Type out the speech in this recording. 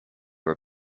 were